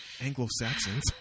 anglo-saxons